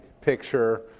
picture